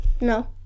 No